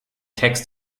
text